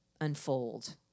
unfold